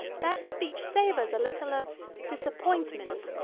that speech savours a little of disappointment.